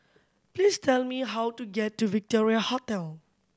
please tell me how to get to Victoria Hotel